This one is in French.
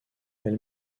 elle